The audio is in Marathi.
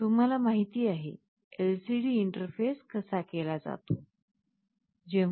तुम्हाला माहित आहे LCD इंटरफेस कसा केला जातो